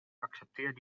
accepteer